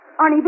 Arnie